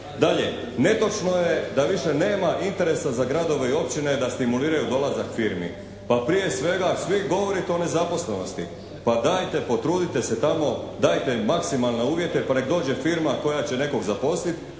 Dalje. Netočno je da više nema interesa za gradove i općine da stimuliraju dolazak firmi. Pa prije svega svi govorite o nezaposlenosti. Pa dajte potrudite se tamo, dajte im maksimalne uvjete pa nek dođe firma koja će nekog zaposliti,